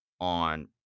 on